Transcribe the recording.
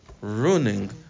ruining